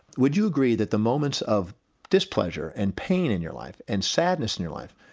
would you agree that the moments of displeasure and pain in your life and sadness in your life,